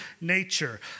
nature